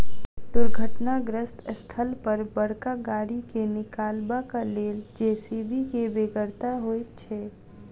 दुर्घटनाग्रस्त स्थल पर बड़का गाड़ी के निकालबाक लेल जे.सी.बी के बेगरता होइत छै